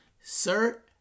Sir